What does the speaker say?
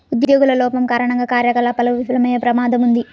ఉద్యోగుల లోపం కారణంగా కార్యకలాపాలు విఫలమయ్యే ప్రమాదం ఉంది